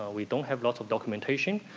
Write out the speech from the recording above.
ah we don't have lots of documentation.